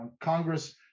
Congress